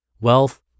Wealth